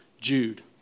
Jude